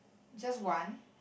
just one